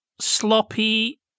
sloppy